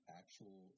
actual